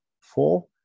four